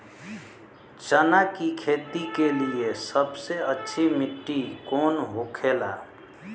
चना की खेती के लिए सबसे अच्छी मिट्टी कौन होखे ला?